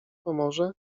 pomoże